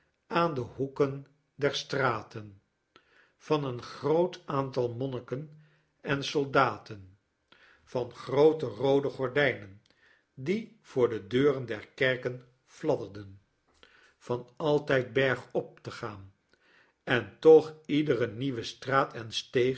aan de hoeken der straten van een groot aantal jnonniken en soldaten van groote roode gordijnen die voor de deuren der kerken fladderden van altijd bergop te gaan en toch iedere nieuwe straat en